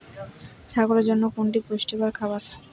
ছাগলের জন্য কোনটি পুষ্টিকর খাবার?